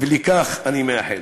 ולכך אני מייחל.